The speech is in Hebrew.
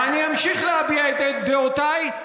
ואני אמשיך להביע את דעותיי,